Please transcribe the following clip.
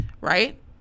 Right